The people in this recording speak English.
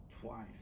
twice